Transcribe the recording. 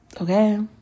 Okay